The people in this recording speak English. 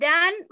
Dan